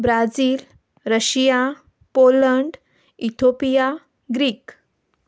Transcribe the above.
Brazil Russia Poland Ethiopia greek